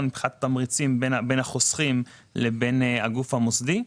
מבחינת תמריצים בין החוסכים לבין הגוף המוסדי.